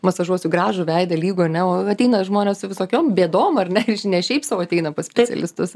masažuosiu gražų veidą lygų ar ne o ateina žmonės su visokiom bėdom ar ne ir ne šiaip sau ateina pas specialistus